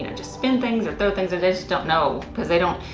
you know just spin things or throw things or they just don't know because they don't,